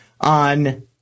on